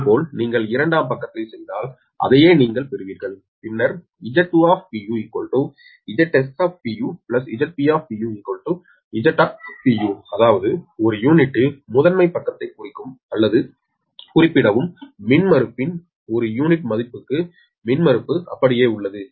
இதேபோல் நீங்கள் இரண்டாம் பக்கத்தில் செய்தால் அதையே நீங்கள் பெறுவீர்கள் பின்னர் Z2 Zs Zp Z அதாவது ஒரு யூனிட்டில் முதன்மை பக்கத்தைக் குறிக்கும் அல்லது குறிப்பிடவும் மின்மறுப்பின் ஒரு யூனிட் மதிப்புக்கு மின்மறுப்பு அப்படியே உள்ளது